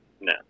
no